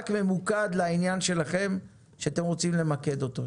רק ממוקד לעניין שלכם, שאתם רוצים למקד אותו.